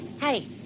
Hey